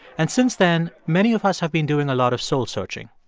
and since then, many of us have been doing a lot of soul searching.